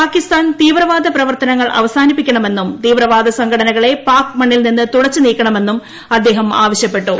പാകിസ്ഥാൻ തീവ്രവാദ പ്രവർത്തനങ്ങൾ അവസാനിപ്പിക്കണമെന്നും തീവ്രവാദ സംഘടനകളെ പാക് മണ്ണിൽ നിന്നും തുടച്ചു നീക്കണമെന്നും അദ്ദേഹം ആവശൃപ്പെട്ടു